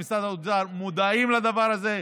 במשרד האוצר מודעים לדבר הזה,